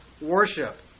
worship